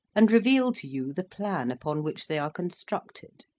and reveal to you the plan upon which they are constructed.